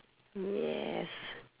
yes